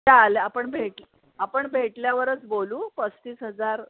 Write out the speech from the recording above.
चाले आपण भेट आपण भेटल्यावरच बोलू पस्तीस हजार